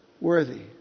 worthy